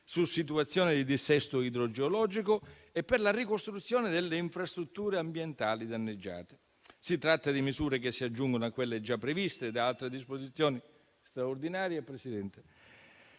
su situazioni di dissesto idrogeologico e per la ricostruzione delle infrastrutture ambientali danneggiate. Si tratta di misure che si aggiungono a quelle già previste da altre disposizioni straordinarie,